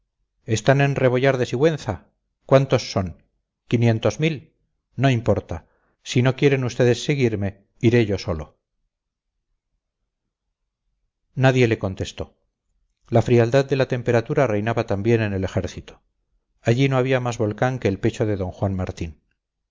están en rebollar de sigüenza cuántos son quinientos mil no importa si no quieren ustedes seguirme iré yo solo nadie le contestó la frialdad de la temperatura reinaba también en el ejército allí no había más volcán que el pecho de d juan martín